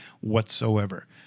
whatsoever